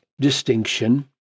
distinction